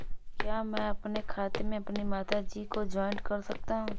क्या मैं अपने खाते में अपनी माता जी को जॉइंट कर सकता हूँ?